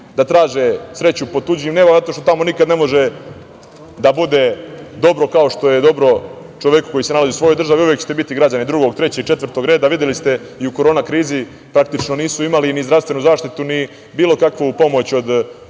da traže sreću pod tuđim nebom zato što tamo nikad ne može da bude dobro kao što je dobro čoveku koji se nalazi u svojoj državi. Uvek ćete biti građani drugog, trećeg, četvrtog reda. Videli ste i u korona krizi praktično da nisu imali ni zdravstvenu zaštitu, ni bilo kakvu pomoć od